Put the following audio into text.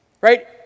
right